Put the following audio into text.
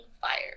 fire